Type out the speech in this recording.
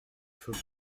faut